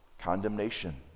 condemnation